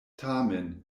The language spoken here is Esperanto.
tamen